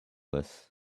this